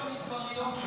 המדינה היחידה,